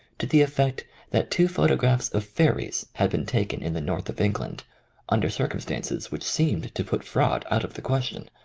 to the effect that two photographs of fairies had been taken in the north of england un der circumstances which seemed to put fraud out of the question.